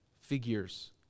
figures